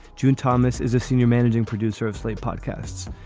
june thomas is a senior managing producer of slate podcasts.